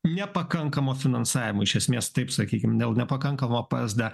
nepakankamo finansavimo iš esmės taip sakykim dėl nepakankamo psd